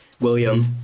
William